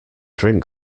drink